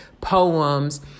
poems